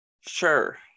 Sure